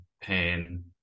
pain